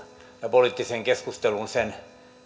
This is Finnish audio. poliittiseen keskusteluun sen